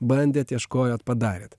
bandėt ieškojot padarėt